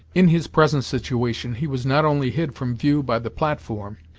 in his present situation he was not only hid from view by the platform,